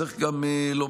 צריך גם לומר,